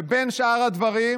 בין שאר הדברים